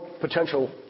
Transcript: potential